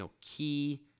key